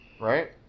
right